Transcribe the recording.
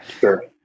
Sure